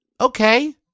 Okay